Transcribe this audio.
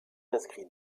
inscrit